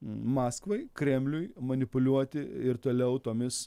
maskvai kremliui manipuliuoti ir toliau tomis